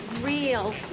Real